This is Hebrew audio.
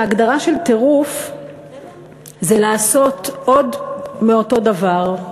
ההגדרה של טירוף זה לעשות עוד מאותו דבר,